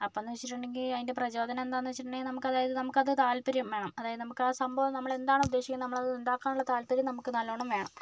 അപ്പോൾ എന്ന് വെച്ചിട്ടുണ്ടെങ്കിൽ അതിൻ്റെ പ്രചോദനം എന്താ എന്ന് വെച്ചിട്ടുണ്ടെങ്കിൽ അതായത് അത് നമുക്ക് താത്പര്യം വേണം അതായത് നമുക്ക് അത് സംഭവം എന്താണോ നമ്മൾ ഉദ്ദേശിക്കുന്നത് അത് ഉണ്ടാക്കാൻ ഉള്ള താത്പര്യം നല്ലവണ്ണം വേണം